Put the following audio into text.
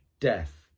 death